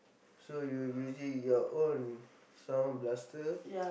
so you you using your own sound blaster